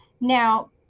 Now